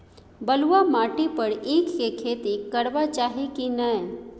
बलुआ माटी पर ईख के खेती करबा चाही की नय?